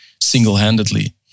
single-handedly